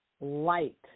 light